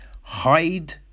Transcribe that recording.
hide